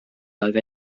oedd